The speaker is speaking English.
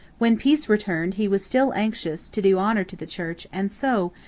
when peace returned he was still anxious to do honor to the church and so,